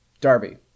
Darby